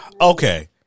Okay